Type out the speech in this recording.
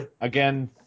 again